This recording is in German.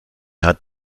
hat